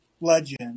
legend